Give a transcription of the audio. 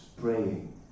praying